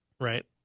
right